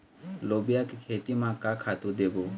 लोबिया के खेती म का खातू देबो?